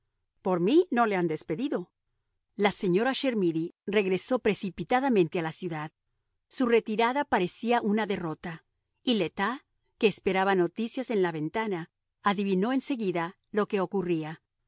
por mí no le han despedido la señora chermidy regresó precipitadamente a la ciudad su retirada parecía una derrota y le tas que esperaba noticias en la ventana adivinó en seguida lo que ocurría